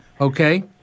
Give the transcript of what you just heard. Okay